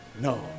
No